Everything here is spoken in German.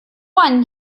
einen